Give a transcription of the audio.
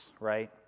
right